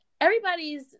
everybody's